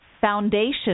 foundation